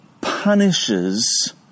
punishes